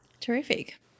Terrific